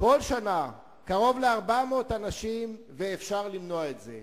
בכל שנה קרוב ל-400 אנשים, ואפשר למנוע את זה.